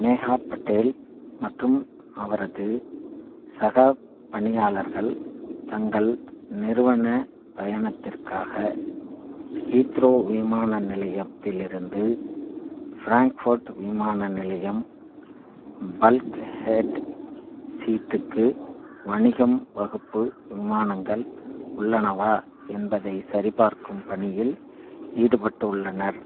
நேஹா பட்டேல் மற்றும் அவரது சகப் பணியாளர்கள் தங்கள் நிறுவனப் பயணத்திற்காக ஹீத்ரோ விமான நிலையத்தில் இருந்து ஃப்ராங்ஃபேர்ட் விமான நிலையம் பல்க் ஹெட் சீட்டுக்கு வணிகம் வகுப்பு விமானங்கள் உள்ளனவா என்பதைச் சரிபார்க்கும் பணியில் ஈடுபட்டு உள்ளனர்